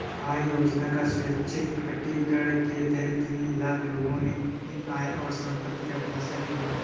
आय योजना का स्वैच्छिक प्रकटीकरण के तहत तीन लाख लोगों ने अपनी आय और संपत्ति का खुलासा किया